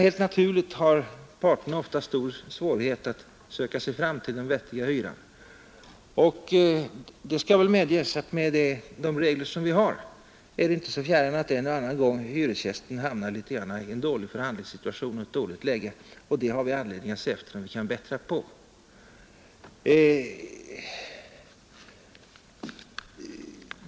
Helt naturligt har parterna ofta stora svårigheter att söka sig fram till den vettiga hyran. Det skall väl medges att med de regler vi har kan hyresgästen en och annan gång hamna i en dålig förhandlingssituation. Det har vi anledning att försöka bättra på.